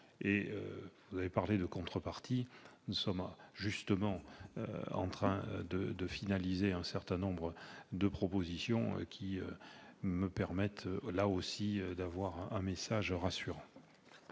Vous avez évoqué les contreparties. Nous sommes justement en train de finaliser un certain nombre de propositions qui me permettent, là aussi, de vous adresser un message rassurant.